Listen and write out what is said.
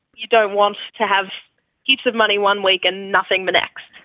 you don't want to have heaps of money one week and nothing the next.